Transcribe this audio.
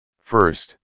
First